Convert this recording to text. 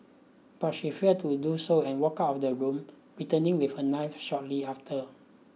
but she failed to do so and walked out of the room returning with a knife shortly after